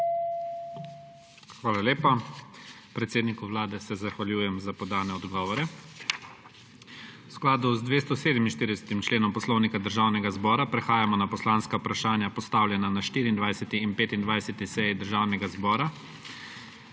Hvala lepa. Predsedniku Vlade se zahvaljujem za podane odgovore. V skladu z 247. členom Poslovnika Državnega zbora prehajamo na poslanska vprašanja, postavljena na 24. in 25. seji Državnega zbora.